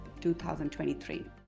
2023